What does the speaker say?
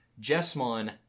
Jessmon